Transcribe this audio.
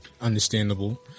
Understandable